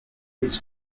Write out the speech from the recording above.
this